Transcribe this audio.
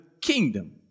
kingdom